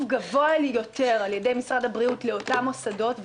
גבוה יותר על ידי משרד הבריאות לאותם מוסדות,